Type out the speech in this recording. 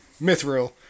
mithril